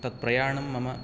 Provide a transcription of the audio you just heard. तत्प्रयाणं मम